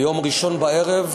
ביום ראשון בערב,